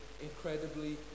incredibly